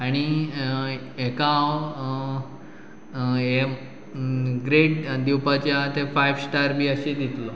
आनी हाका हांव हें ग्रेट दिवपाचे आसा ते फायव स्टार बी अशें दितलो